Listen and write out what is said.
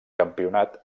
campionat